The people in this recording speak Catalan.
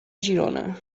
girona